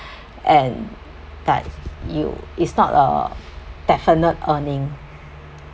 and but you it's not a definite earning